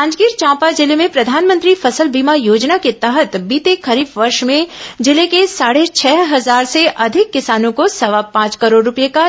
जांजगीर चांपा जिले में प्रधानमंत्री फसल बीमा योजना के तहत बीते खरीफ वर्ष में जिले के साढ़े छह हजार से अधिक किसानों को सवा पांच करोड़ रूपये का